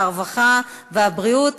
הרווחה והבריאות,